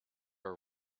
were